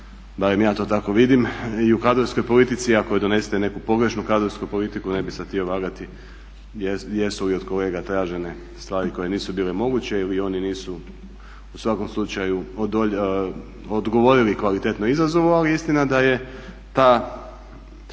barem ja to tako vidim i u kadrovskoj politici ako donesete neku pogrešnu kadrovsku politiku, ne bih sad htio vagati jesu li od kolega tražene stvari koje nisu bile moguće ili oni nisu u svakom slučaju odgovorili kvalitetno izazovu, ali istina da je ta